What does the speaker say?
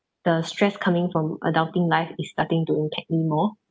the stress coming from adulting life is starting to impact me more